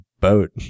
boat